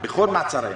בכל מעצר ימים.